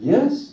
Yes